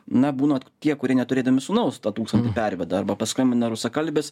na būna tie kurie neturėdami sūnaus tą tūkstantį perveda arba paskambina rusakalbis